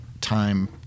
time